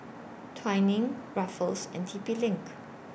Twinings Ruffles and T P LINK